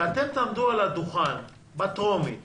כשאתם תעמדו על הדוכן בקריאה הטרומית